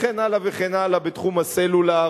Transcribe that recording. וכן הלאה וכן הלאה: בתחום הסלולר,